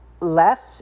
left